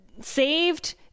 saved